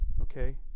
Okay